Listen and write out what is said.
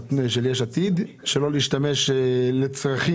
של יש עתיד שלא להשתמש לצרכים